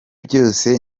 byose